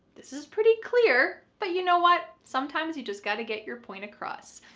this is pretty clear, but you know what? sometimes you just got to get your point across.